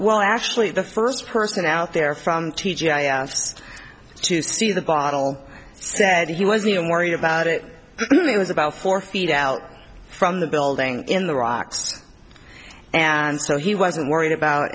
well actually the first person out there from t j asked to see the bottle said he wasn't worried about it it was about four feet out from the building in the rocks and so he wasn't worried about it